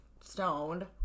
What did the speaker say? stoned